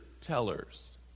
tellers